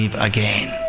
again